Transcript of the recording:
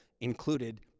included